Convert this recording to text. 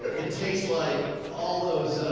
it tastes like all those, ah,